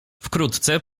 wkrótce